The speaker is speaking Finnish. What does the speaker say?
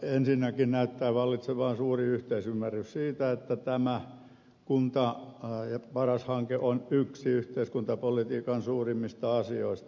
ensinnäkin näyttää vallitsevan suuri yhteisymmärrys siitä että tämä kunta ja paras hanke on yksi yhteiskuntapolitiikan suurimmista asioista